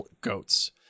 goats